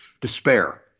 despair